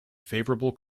favorable